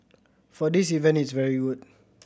so this event it's very good